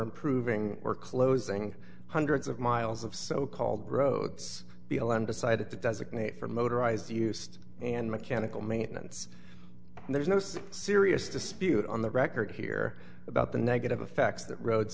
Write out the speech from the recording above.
improving or closing hundreds of miles of so called roads b l m decided to designate for motorized used and mechanical maintenance and there's no such serious dispute on the record here about the negative effects that roads